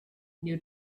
new